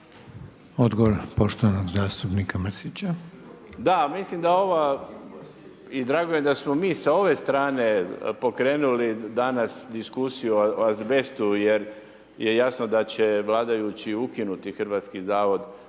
odgovor poštovanog zastupnika Mršića.